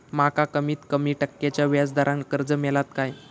माका कमीत कमी टक्क्याच्या व्याज दरान कर्ज मेलात काय?